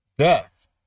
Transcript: Death